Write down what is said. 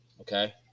okay